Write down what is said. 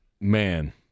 Man